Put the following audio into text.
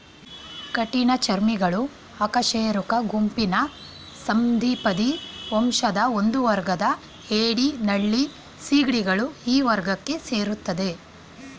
ಕಠಿಣಚರ್ಮಿಗಳು ಅಕಶೇರುಕ ಗುಂಪಿನ ಸಂಧಿಪದಿ ವಂಶದ ಒಂದುವರ್ಗ ಏಡಿ ನಳ್ಳಿ ಸೀಗಡಿಗಳು ಈ ವರ್ಗಕ್ಕೆ ಸೇರ್ತದೆ